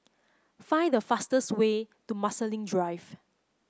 find the fastest way to Marsiling Drive